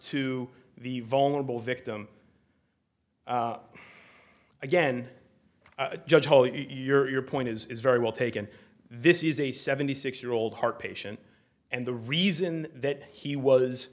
to the vulnerable victim again judge toler your point is very well taken this is a seventy six year old heart patient and the reason that he was